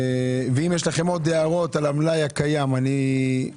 ואם יש לכם עוד הערות על המלאי הקיים - מבקש